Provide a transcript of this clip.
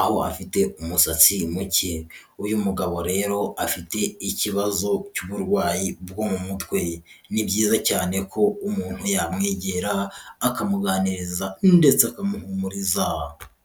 aho afite umusatsi muke, uyu mugabo rero afite ikibazo cy'uburwayi bwo mu mutwe, ni byiza cyane ko umuntu yamwegera akamuganiriza ndetse akamuhumuriza.